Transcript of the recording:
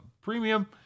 premium